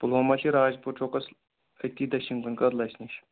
پُلوامہ چھِ راجپوٗر چوکس أتھی دٔچھُن کُن کٔدلس نِش